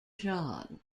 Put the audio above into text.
john